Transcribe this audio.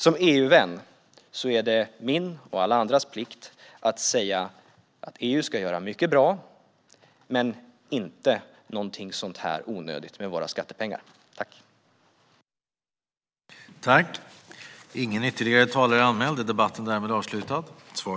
Som EU-vän är det min och alla andras plikt att säga att EU ska göra mycket bra men inte någonting sådant här onödigt med våra skattepengar.